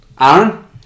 Aaron